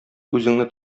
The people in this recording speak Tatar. үзеңне